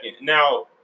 Now